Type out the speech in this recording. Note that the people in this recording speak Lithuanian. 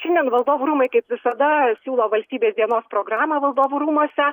šiandien valdovų rūmai kaip visada siūlo valstybės dienos programą valdovų rūmuose